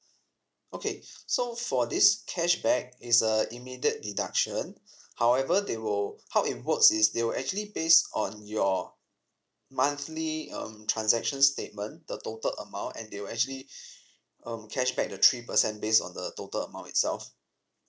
okay so for this cashback is a immediate deduction however they will how it works is they will actually based on your monthly um transaction statement the total amount and they will actually um cashback the three percent based on the total amount itself